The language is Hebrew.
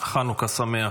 חנוכה שמח.